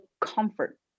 comfort